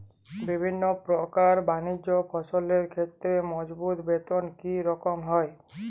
বিভিন্ন প্রকার বানিজ্য ফসলের ক্ষেত্রে মজুর বেতন কী রকম হয়?